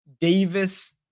Davis